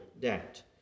debt